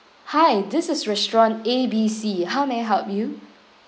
hi this is restaurant A_B_C how may I help you